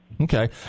Okay